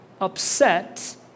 upset